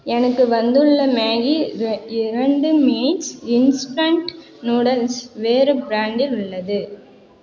எனக்கு வந்துள்ள மேகி ரெ இரண்டு மினிட்ஸ் இன்ஸ்டண்ட் நூடுல்ஸ் வேறு பிராண்டில் உள்ளது